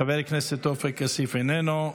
חבר הכנסת עופר כסיף, איננו,